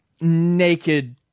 naked